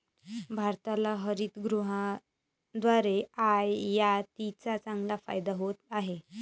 भारताला हरितगृहाद्वारे आयातीचा चांगला फायदा होत आहे